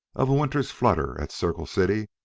of a winter's flutter at circle city,